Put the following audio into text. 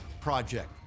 project